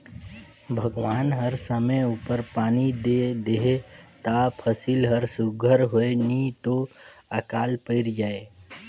भगवान हर समे उपर पानी दे देहे ता फसिल हर सुग्घर होए नी तो अकाल पइर जाए